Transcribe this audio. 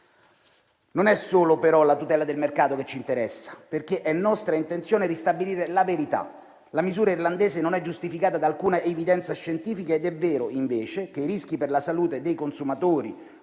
Non è solo, però, la tutela del mercato che ci interessa, perché è nostra intenzione ristabilire la verità. La misura irlandese non è giustificata da alcuna evidenza scientifica ed è vero, invece, che i rischi per la salute dei consumatori